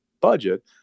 budget